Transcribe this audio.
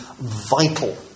vital